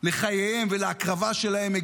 לחייהם ולהקרבה שלהם,